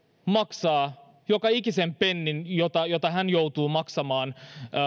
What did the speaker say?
maksaa joka ikisen pennin jonka hän joutuu maksamaan